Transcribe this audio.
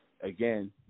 Again